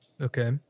Okay